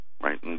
right